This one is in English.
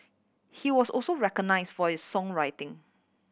he was also recognised for his songwriting